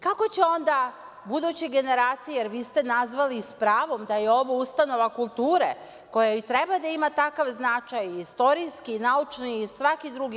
Kako će onda buduće generacije, jer vi ste nazvali s pravom da je ovo ustanova kultura koja i treba da ima takav značaj, istorijski, naučni i svaki drugi.